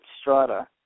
strata